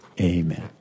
amen